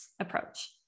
approach